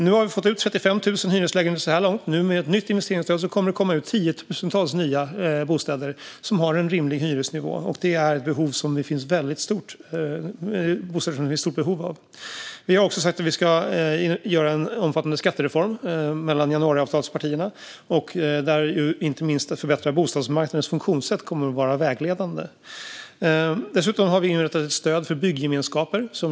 Vi har fått ut 35 000 hyreslägenheter så här långt. Med ett nytt investeringsstöd kommer det att komma ut tiotusentals nya bostäder med en rimlig hyresnivå. Det är bostäder som det finns ett stort behov av. Januariavtalspartierna har också sagt att vi ska göra en omfattande skattereform. Inte minst att förbättra bostadsmarknadens funktionssätt kommer att vara vägledande där. Vi har dessutom inrättat ett stöd för byggemenskaper.